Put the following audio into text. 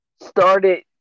started